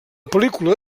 pel·lícula